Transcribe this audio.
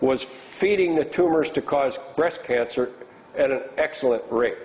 was feeding the tumors to cause breast cancer at an excellent rick